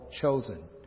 chosen